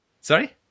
Sorry